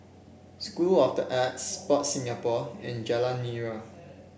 School of the Arts Sport Singapore and Jalan Nira